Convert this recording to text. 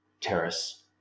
Terrace